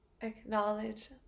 acknowledge